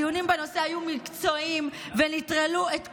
הדיונים בנושא היו מקצועיים ונטרלו את כל,